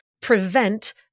prevent